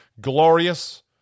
glorious